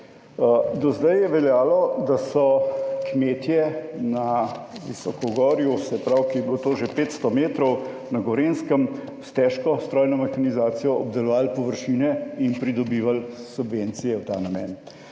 do zdaj je veljalo, da so kmetje na visokogorju, se pravi, ko je bilo to že 500 metrov na Gorenjskem s težko strojno mehanizacijo obdelovali površine in pridobivali subvencije v ta namen.